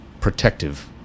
protective